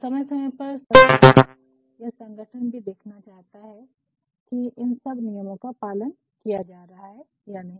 तो समय समय पर सरकार या संगठन भी देखना चाहता है कि इन सब नियमों का पालन किया जा रहा है कि नहीं